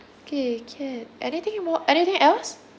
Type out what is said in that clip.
K can anything more anything else